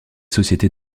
sociétés